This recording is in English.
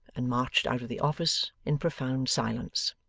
and marched out of the office in profound silence.